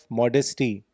modesty